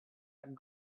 had